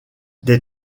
des